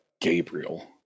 Gabriel